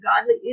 godly